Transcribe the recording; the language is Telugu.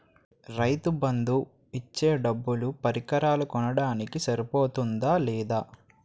రైతు బందు ఇచ్చే డబ్బులు పరికరాలు కొనడానికి సరిపోతుందా లేదా?